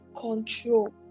control